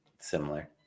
similar